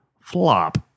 FLOP